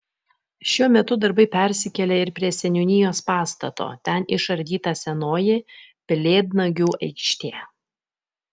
šiuo metu darbai persikėlė ir prie seniūnijos pastato ten išardyta senoji pelėdnagių aikštė